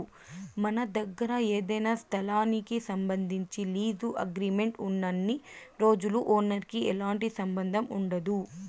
మన దగ్గర ఏదైనా స్థలానికి సంబంధించి లీజు అగ్రిమెంట్ ఉన్నన్ని రోజులు ఓనర్ కి ఎలాంటి సంబంధం ఉండదు